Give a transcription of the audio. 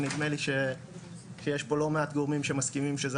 ונדמה לי שיש פה לא מעט גורמים שמסכימים שזה